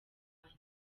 nyina